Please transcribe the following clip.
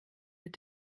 wird